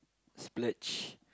splurge